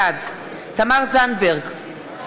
בעד תמר זנדברג,